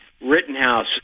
Rittenhouse